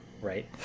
right